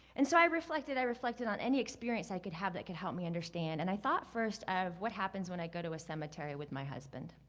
and so, i reflected, i reflected on any experience i could have that could help me understand. and i thought first of what happens when i go to a cemetery with my husband.